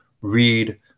read